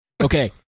Okay